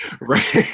Right